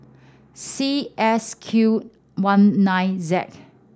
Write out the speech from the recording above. C S Q one nine Z